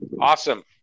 Awesome